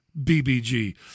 BBG